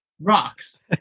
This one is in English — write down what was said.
rocks